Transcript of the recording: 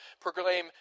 proclaim